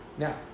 Now